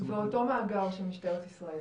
ואותו מאגר של משטרת ישראל,